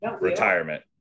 retirement